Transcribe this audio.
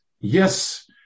yes